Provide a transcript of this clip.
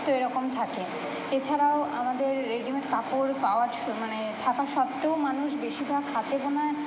তো এরকম থাকে এছাড়াও আমাদের রেডিমেড কাপড় পাওয়া মানে থাকা সত্ত্বেও মানুষ বেশিভাগ হাতে বোনা